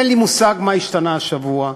אין לי מושג מה השתנה השבוע,